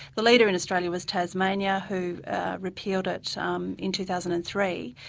the leader in australia was tasmania who repealed it um in two thousand and three.